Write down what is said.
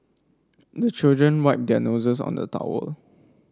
the children wipe their noses on the towel